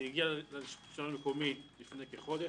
זה הגיע לשלטון המקומי לפני כחודש.